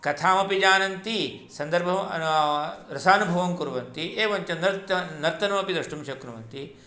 कथामपि जानन्ति सन्दर्भं रसानुभवं कुर्वन्ति एवञ्च तत् नर्तनमपि द्रष्टुं शक्नुवन्ति